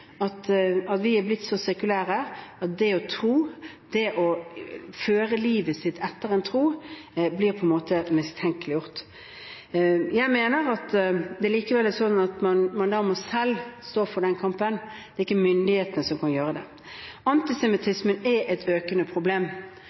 at vi er blitt så sekulære at det å tro, det å føre livet sitt etter en tro, på en måte blir mistenkeliggjort. Men det er likevel slik at man da selv må stå for den kampen, det er ikke myndighetene som skal gjøre det. Antisemittisme er et økende problem.